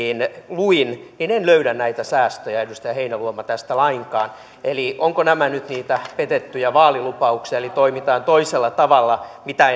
luin niin en en löydä näitä säästöjä edustaja heinäluoma tästä lainkaan eli ovatko nämä nyt niitä petettyjä vaalilupauksia toimitaan toisella tavalla kuin mitä